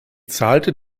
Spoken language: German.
zahlte